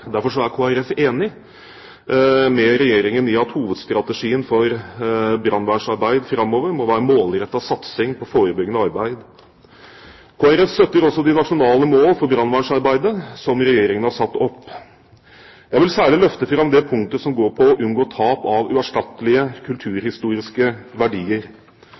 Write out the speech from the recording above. Derfor er Kristelig Folkeparti enig med Regjeringen i at hovedstrategien for brannvernarbeidet framover må være målrettet satsing på forebyggende arbeid. Kristelig Folkeparti støtter også de nasjonale mål for brannvernarbeidet som Regjeringen har satt opp. Jeg vil særlig løfte fram det punktet som går på å unngå tap av uerstattelige kulturhistoriske verdier.